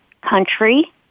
country